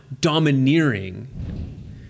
domineering